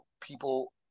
people